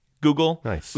Google